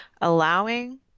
allowing